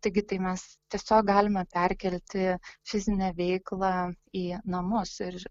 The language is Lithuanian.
taigi tai mes tiesiog galima perkelti fizinę veiklą į namus ir